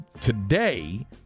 Today